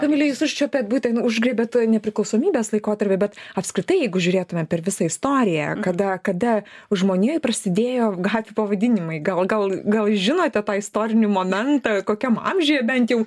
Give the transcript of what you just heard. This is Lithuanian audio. kamile jūs užčiuopėt būtent užgriebėt nepriklausomybės laikotarpį bet apskritai jeigu žiūrėtumėm per visą istoriją kada kada žmonijoj prasidėjo gatvių pavadinimai gal gal gal žinote tą istorinį momentą kokiam amžiuje bent jau